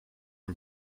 een